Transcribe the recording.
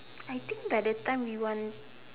I think by the time we want